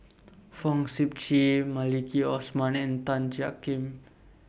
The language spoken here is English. Fong Sip Chee Maliki Osman and Tan Jiak Kim